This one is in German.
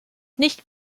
nicht